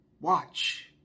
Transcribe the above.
Watch